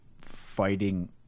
fighting